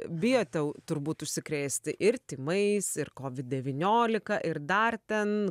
bijote turbūt užsikrėsti ir tymais ir covid devyniolika ir dar ten